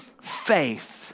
faith